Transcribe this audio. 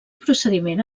procediment